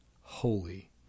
holy